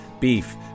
beef